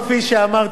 אני לא יכול להתעלם